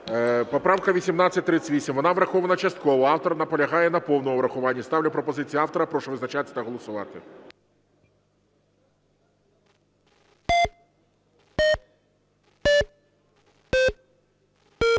Поправка 1838. Вона врахована частково. Автор наполягає на повному врахуванні. Ставлю пропозицію автора. Прошу визначатися та голосувати.